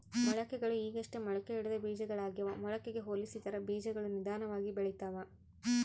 ಮೊಳಕೆಗಳು ಈಗಷ್ಟೇ ಮೊಳಕೆಯೊಡೆದ ಬೀಜಗಳಾಗ್ಯಾವ ಮೊಳಕೆಗೆ ಹೋಲಿಸಿದರ ಬೀಜಗಳು ನಿಧಾನವಾಗಿ ಬೆಳಿತವ